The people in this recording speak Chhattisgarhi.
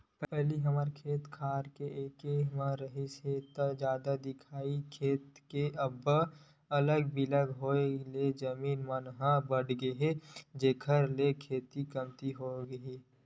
पहिली हमर खेत खार एके म रिहिस हे ता जादा दिखय खेत के अब अलग बिलग के होय ले जमीन मन ह बटगे हे जेखर ले खेती कमती होगे हे